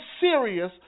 serious